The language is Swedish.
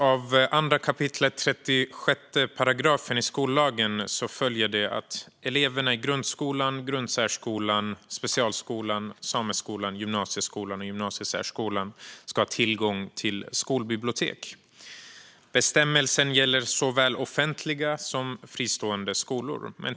Av 2 kap. 36 § i skollagen följer att eleverna i grundskolan, grundsärskolan, specialskolan, sameskolan, gymnasieskolan och gymnasiesärskolan ska ha tillgång till skolbibliotek. Bestämmelsen gäller såväl offentliga som fristående skolor.